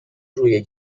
روی